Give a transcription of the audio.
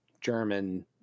German